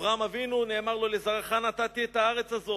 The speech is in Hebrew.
אברהם אבינו נאמר לו: "לזרעך נתתי את הארץ הזאת,